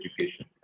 education